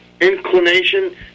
inclination